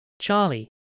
Charlie